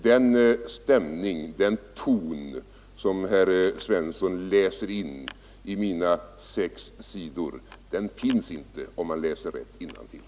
Den stämning, den ton, som herr Svensson läser in i mina sex sidor, finns inte om man läser rätt innantill.